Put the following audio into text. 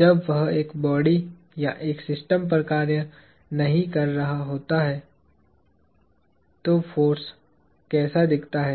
जब वह एक बॉडी या एक सिस्टम पर कार्य नहीं कर रहा होता है तो फोर्स कैसा दिखता है